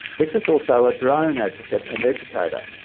victor is also a drone advocate and educator.